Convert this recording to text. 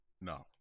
No